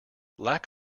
lack